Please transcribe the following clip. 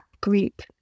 group